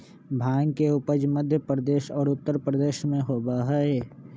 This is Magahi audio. भांग के उपज मध्य प्रदेश और उत्तर प्रदेश में होबा हई